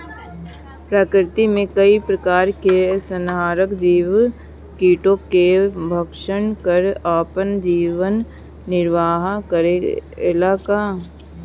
प्रकृति मे कई प्रकार के संहारक जीव कीटो के भक्षन कर आपन जीवन निरवाह करेला का?